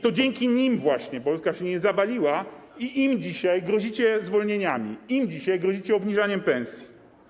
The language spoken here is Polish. To dzięki nim właśnie Polska się nie zawaliła, a dzisiaj grozicie im zwolnieniami, dzisiaj grozicie im obniżaniem pensji.